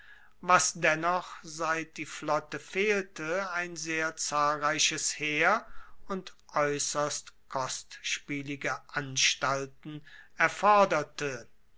was dennoch seit die flotte fehlte ein sehr zahlreiches heer und aeusserst kostspielige anstalten erforderte